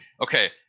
Okay